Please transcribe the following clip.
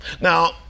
Now